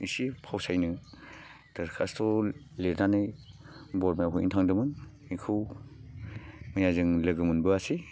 इसे फावसायनो दरखास्थ लिरनानै बरमायाव हैनो थांदोंमोन बेखौ मैया जों लोगो मोनबोआसै